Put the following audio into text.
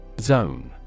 Zone